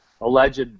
alleged